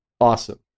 awesome